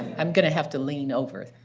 i'm going to have to lean over.